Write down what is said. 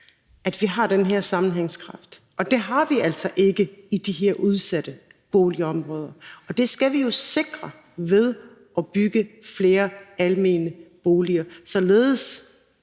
land – har den her sammenhængskraft. Det har vi altså ikke i de her udsatte boligområder, og det skal vi jo sikre ved at bygge flere almene boliger, altså